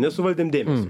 nesuvaldėm dėmesio